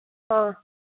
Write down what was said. हाँ